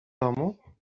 domu